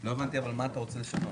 אבל לא הבנתי מה אתה רוצה לשנות.